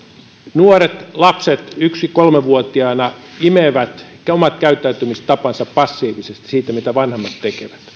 nuoret ja lapset yksi viiva kolme vuotiaina imevät omat käyttäytymistapansa passiivisesti siitä mitä vanhemmat tekevät